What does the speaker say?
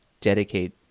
dedicate